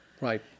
Right